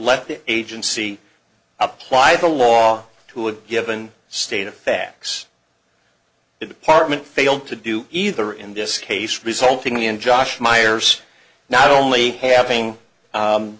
let the agency apply the law to a given state of facts it department failed to do either in this case resulting in josh myers not only having